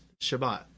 Shabbat